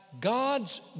God's